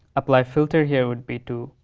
apply filter here would be to,